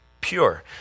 pure